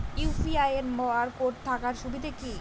UPI এর barcode থাকার সুবিধে কি?